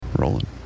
Rolling